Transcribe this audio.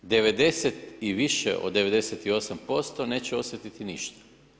90 i više od 98% neće osjetiti ništa.